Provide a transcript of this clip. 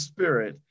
Spirit